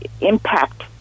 impact